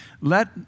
Let